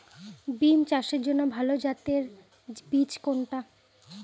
বিম চাষের জন্য ভালো জাতের বীজ কোনটি?